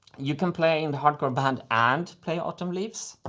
you can play in the hardcore band, and play autumn leaves,